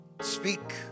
speak